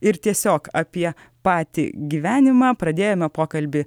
ir tiesiog apie patį gyvenimą pradėjome pokalbį